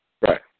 Right